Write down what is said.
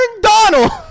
Donald